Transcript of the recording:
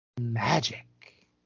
Magic